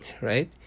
Right